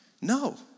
No